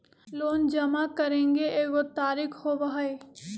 Loan जमा करेंगे एगो तारीक होबहई?